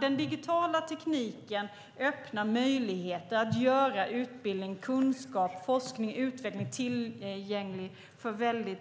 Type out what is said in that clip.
Den digitala tekniken öppnar möjligheter att göra utbildning, kunskap, forskning och utveckling tillgängligt för